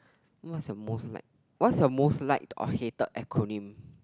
what's your most like what's your most liked or hated acronym